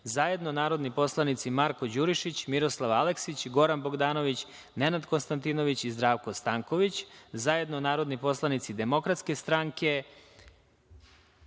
zajedno narodni poslanici Marko Đurišić, Miroslav Aleksić, Goran Bogdanović, Nenad Konstantinović i Zdravko Stanković, zajedno narodni poslanici DS, narodni